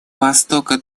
востока